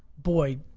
boy,